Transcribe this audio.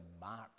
mark